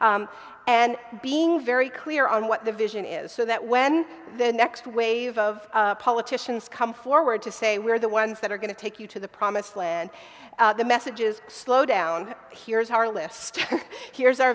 and being very clear on what the vision is so that when the next wave of politicians come forward to say we're the ones that are going to take you to the promised land the message is slow down here's our list here's our